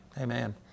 Amen